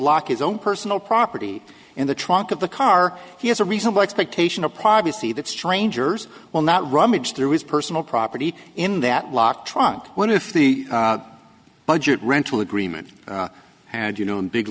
lock his own personal property in the trunk of the car he has a reasonable expectation of privacy that strangers will not rummage through his personal property in that block trunk what if the budget rental agreement and you know in big